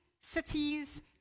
cities